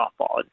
softball